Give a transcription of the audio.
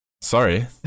Sorry